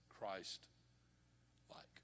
Christ-like